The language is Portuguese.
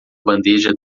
bandeja